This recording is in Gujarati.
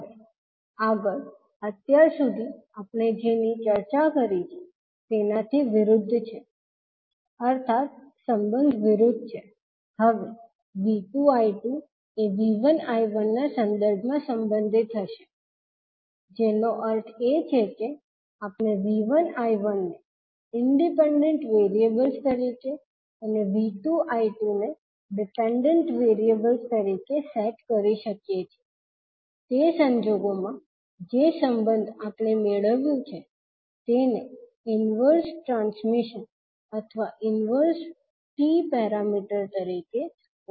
હવે આગળ અત્યાર સુધી આપણે જેની ચર્ચા કરી છે તેનાથી વિરુદ્ધ છે અર્થાત સંબંધ વિરુદ્ધ છે હવે 𝐕2 𝐈2 એ 𝐕1 𝐈1 ના સંદર્ભમાં સંબંધિત હશે જેનો અર્થ છે કે આપણે V1 𝐈1 ને ઇંડિપેન્ડન્ટ વેરીએબલ્સ તરીકે અને V2 𝐈2 ને ડિપેન્ડન્ટ વેરીએબલ્સ તરીકે સેટ કરી શકીએ છીએ તે સંજોગોમાં જે સંબંધ આપણે મેળવ્યું છે તેને ઇન્વર્ઝ ટ્રાન્સમિશન અથવા ઇન્વર્ઝ T પેરામીટર્સ તરીકે ઓળખવામાં આવે છે